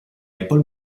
apple